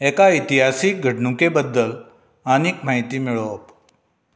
एका इतिहासीक घडणुके बद्दल आनीक म्हायती मेळोवप